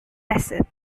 bassett